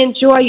enjoy